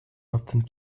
often